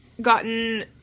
gotten